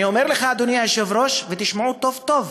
אני אומר לך, אדוני היושב-ראש, ותשמעו טוב-טוב: